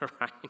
right